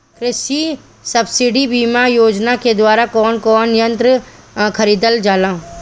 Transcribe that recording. कृषि सब्सिडी बीमा योजना के द्वारा कौन कौन यंत्र खरीदल जाला?